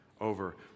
over